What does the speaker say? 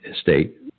state